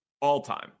All-time